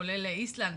כולל איסלנד,